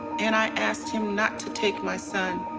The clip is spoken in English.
and i asked him not to take my son.